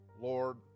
Lord